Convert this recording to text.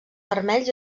vermells